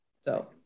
So-